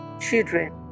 children